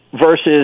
versus